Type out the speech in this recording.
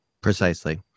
Precisely